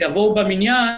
שיבואו במניין,